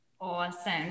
Awesome